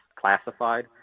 Classified